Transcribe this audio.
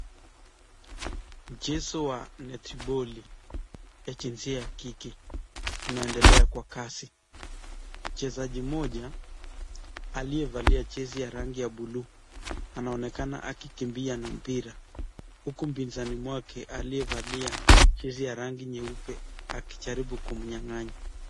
Mchezo wa netboli ya jinsia ya kike unaendelea kwa kasi. Mchezaji mmoja aliyevalia jezi ya rangi ya buluu anaonekana akikimbia na mpira huku mpinzani mwake aliyevalia jezi ya rangi nyeupe akijaribu kumnyang'anya.